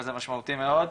וזה משמעותי מאוד.